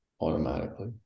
automatically